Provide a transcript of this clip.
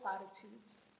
platitudes